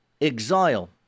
exile